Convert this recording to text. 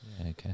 Okay